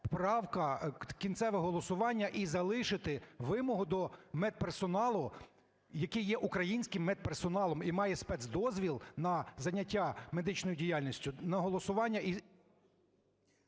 правка, кінцеве голосування, і залишити вимогу до медперсоналу, який є українським медперсоналом і має спецдозвіл на заняття медичною діяльністю, на голосування і....